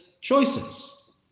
choices